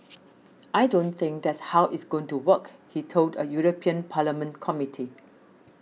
I don't think that's how it's going to work he told a European Parliament Committee